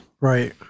Right